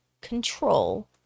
control